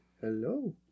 hello